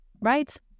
right